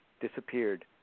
Disappeared